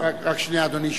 רק שנייה, אדוני.